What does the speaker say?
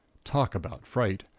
talk about fright!